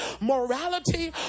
morality